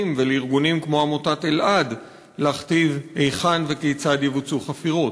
ולארגונים כמו עמותת אלע"ד להכתיב היכן וכיצד יבוצעו חפירות?